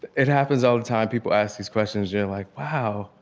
it happens all the time people ask these questions, you're like, wow.